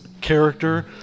character